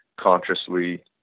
consciously